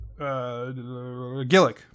Gillick